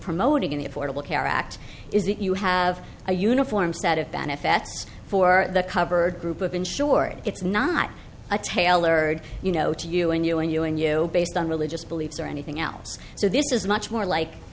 promoting in the affordable care act is that you have a uniform set of benefits for the covered group of insured it's not a tailored you know to you and you and you and you based on religious beliefs or anything else so this is much more like